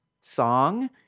song